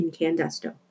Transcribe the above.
Incandesto